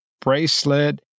bracelet